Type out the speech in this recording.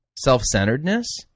self-centeredness